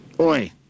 Oi